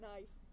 Nice